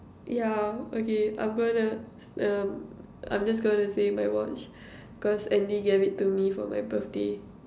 yeah okay I'm gonna um I'm just gonna say my watch cause Andy gave it to me for my birthday